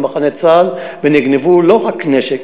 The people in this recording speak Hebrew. במחנה של צה"ל ונגנבו לא רק כלי נשק,